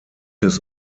his